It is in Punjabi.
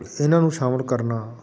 ਇਹਨਾਂ ਨੂੰ ਸ਼ਾਮਿਲ ਕਰਨਾ